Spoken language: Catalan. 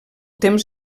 temps